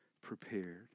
prepared